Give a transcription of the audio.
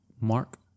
Mark